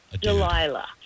Delilah